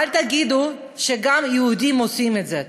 ואל תגידו שגם יהודים עושים את זה.